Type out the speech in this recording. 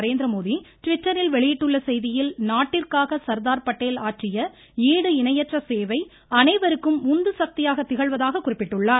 நரேந்திர மோடி ட்விட்டரில் வெளியிட்டுள்ள செய்தியில் நாட்டிற்காக சர்தார் படேல் ஆற்றிய ஈடு இணையற்ற சேவை அனைவருக்கும் உந்துசக்தியாக திகழ்வதாக குறிப்பிட்டுள்ளார்